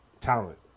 talent